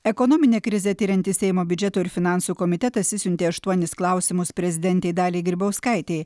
ekonominę krizę tiriantis seimo biudžeto ir finansų komitetas išsiuntė aštuonis klausimus prezidentei daliai grybauskaitei